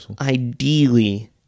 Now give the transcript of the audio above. ideally